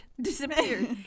disappeared